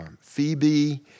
Phoebe